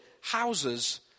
houses